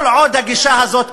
כל עוד הגישה הזו קיימת,